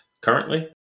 currently